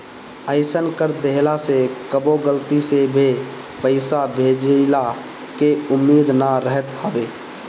अइसन कर देहला से कबो गलती से भे पईसा भेजइला के उम्मीद ना रहत हवे